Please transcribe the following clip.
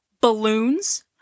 balloons